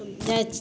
कोनो छथि